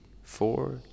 four